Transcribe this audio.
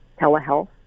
telehealth